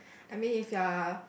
I mean if you're